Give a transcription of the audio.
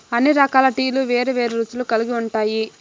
అన్ని రకాల టీలు వేరు వేరు రుచులు కల్గి ఉంటాయి